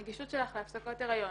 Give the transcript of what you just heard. הנגישות שלך להפסקות הריון.